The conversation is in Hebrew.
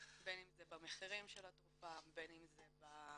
בין אם זה במחירים של התרופה, בין אם זה במינונים.